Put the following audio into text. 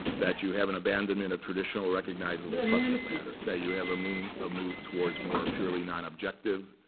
that you have an abandonment of traditional, recognizable subject matter, and that you have a move ah move towards more purely nonobjective,